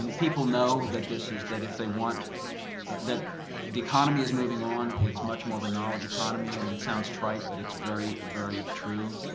people know that this is that if they want the economy is moving on. it's much more of a knowledge economy. and it sounds trite, but it's very, very true.